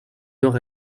nord